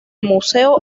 museo